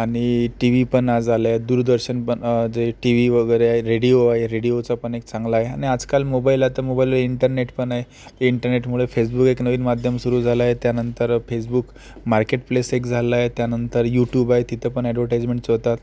आणि T V पण आज आले दूरदर्शन पण टी व्ही वगैरे रेडिओ आहे रेडिओचं पण एक चांगलं आहे आणि आजकाल मोबाईल आहे तर मोबाईलवर इंटरनेट पण आहे इंटरनेटमुळे फेसबुक एक नवीन माध्यम सुरु झालं आहे त्यानंतर फेसबुक मार्केटप्लेस एक झालं आहे त्यानंतर यूटूब आहे तिथे पण अड्वर्टाईजमेंट्स होतात